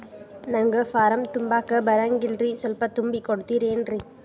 ನಂಗ ಫಾರಂ ತುಂಬಾಕ ಬರಂಗಿಲ್ರಿ ಸ್ವಲ್ಪ ತುಂಬಿ ಕೊಡ್ತಿರೇನ್ರಿ?